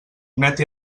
net